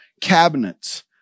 cabinets